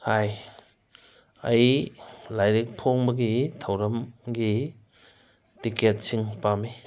ꯍꯥꯏ ꯑꯩ ꯂꯥꯏꯔꯤꯛ ꯐꯣꯡꯕꯒꯤ ꯊꯧꯔꯝꯒꯤ ꯇꯤꯀꯦꯠꯁꯤꯡ ꯄꯥꯝꯏ